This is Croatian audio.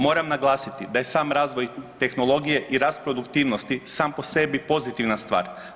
Moram naglasiti da je i sam razvoj tehnologije i rast produktivnosti sam po sebi pozitivna stvar.